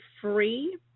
free